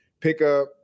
pickup